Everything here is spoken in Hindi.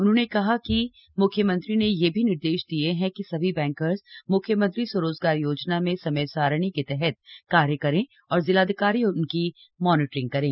उन्होंने कहा कि मुख्यमंत्री ने यह भी निर्देश दिये हैं कि सभी बैंकर्स म्ख्यमंत्री स्वरोजगार योजना में समय सारणी के तहत कार्य करें और जिलाधिकारी उसकी मॉनिटरिंग करें